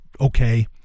okay